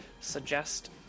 suggest